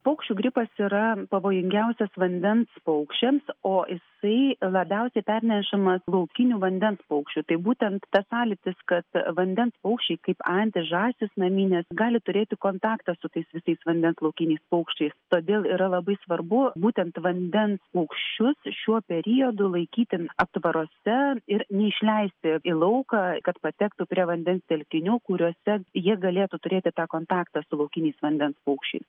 paukščių gripas yra pavojingiausias vandens paukščiams o jisai labiausiai pernešamas laukinių vandens paukščių tai būtent tas sąlytis kad vandens paukščiai kaip antys žąsys naminės gali turėti kontaktą su tais visais vandens laukiniais paukščiais todėl yra labai svarbu būtent vandens paukščius šiuo periodu laikyti aptvaruose ir neišleisti į lauką kad patektų prie vandens telkinių kuriuose ji galėtų turėti tą kontaktą su laukiniais vandens paukščiais